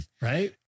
Right